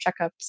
checkups